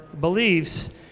beliefs